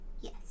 Yes